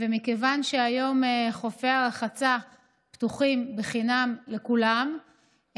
ומכיוון שהיום חופי הרחצה פתוחים חינם לכולם,